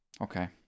okay